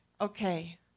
okay